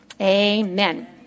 Amen